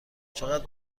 چقدر